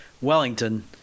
Wellington